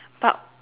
but